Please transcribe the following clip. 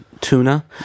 tuna